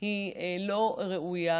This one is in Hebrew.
לא ראויה,